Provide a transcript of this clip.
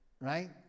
right